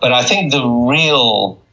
and i think the real